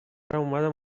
اومدم